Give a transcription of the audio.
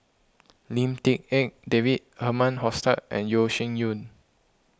Lim Tik En David Herman Hochstadt and Yeo Shih Yun